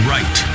Right